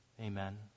Amen